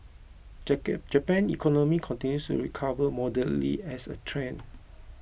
Japan's economy continues to recover moderately as a trend